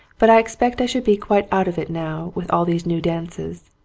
but i expect i should be quite out of it now with all these new dances.